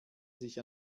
sich